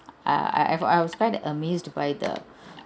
uh I've I was quite amazed by the